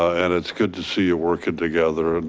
and it's good to see you working together. and